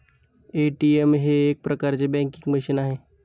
ATM हे एक प्रकारचे बँकिंग मशीन आहे